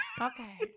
Okay